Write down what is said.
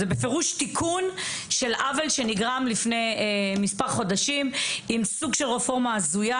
זה בפירוש תיקון של עוול שנגרם לפני מספר חודשים עם סוג של רפורמה הזויה